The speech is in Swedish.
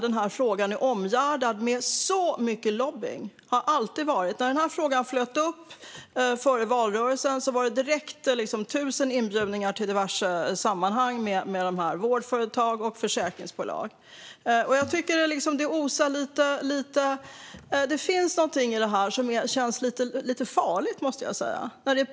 Den här frågan är omgärdad av så mycket lobbying. När frågan flöt upp före valrörelsen kom direkt tusen inbjudningar till diverse sammanhang med vårdföretag och försäkringsbolag. Det finns något i detta som känns lite farligt.